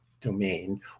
domain